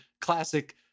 classic